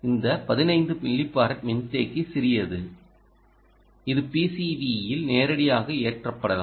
இந்த 15 மில்லிஃபாரட் மின்தேக்கி சிறியது இது PCVயில் நேரடியாக ஏற்றப்படலாம்